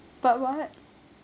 but what